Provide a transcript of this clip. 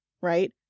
right